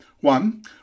One